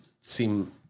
seem